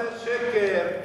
זה שקר.